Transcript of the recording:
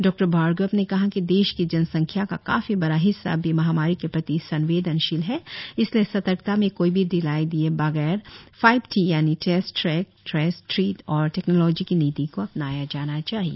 doctor Bhargava ने कहा कि देश की जनसंखया का काफी बड़ा हिससा अब भी महामारी के प्रति संवेदनशील है इसलिए सतर्कता में कोई भी ढिलाई दिए बगैर फाइव टी यानी टेस्ट ट्रैक ट्रेस ट्रीट और टेक्नोलॉजी की नीति को अपनाया जाना चाहिए